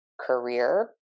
career